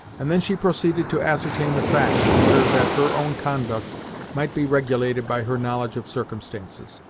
and then she proceeded to ascertain the facts in order that her own conduct might be regulated by her knowledge of circumstances.